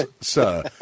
sir